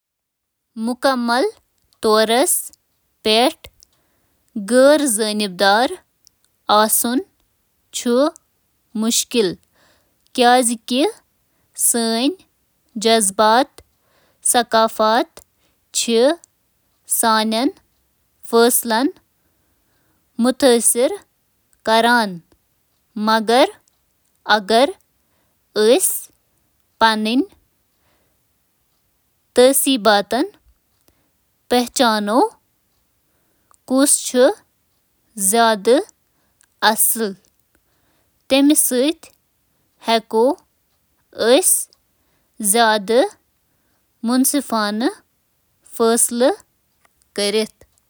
غٲر جانبدار آسُن چُھنہٕ بالکل ممکن۔ تعصب نِش آزاد۔ خاص طورس پیٹھ: تمام تعصب تہٕ جانبداری نِش آزاد: نمایاں طورس پیٹھ منصفانہ۔